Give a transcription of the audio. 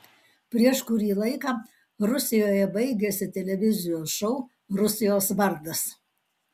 prieš kurį laiką rusijoje baigėsi televizijos šou rusijos vardas